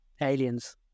aliens